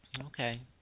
Okay